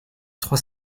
trois